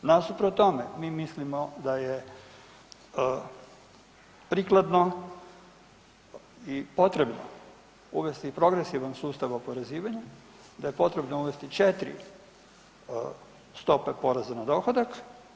Nasuprot tome, mi mislimo da je prikladno i potrebno uvesti i progresivan sustav oporezivanja, da je potrebno uvesti 4 stope poreza na dohodak.